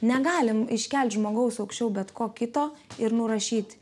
negalim iškelti žmogaus aukščiau bet ko kito ir nurašyt